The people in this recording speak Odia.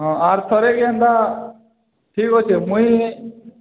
ହଁ ଆର୍ ଥର୍କେ ଏନ୍ତା ଠିକ୍ ଅଛେ ମୁଇଁ